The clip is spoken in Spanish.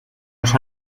los